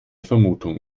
vermutung